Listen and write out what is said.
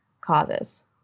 causes